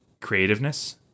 creativeness